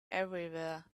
everywhere